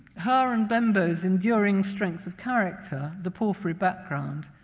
her and bembo's enduring strengths of character, the porphyry background,